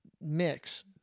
Mix